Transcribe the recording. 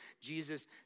Jesus